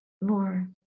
more